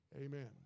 amen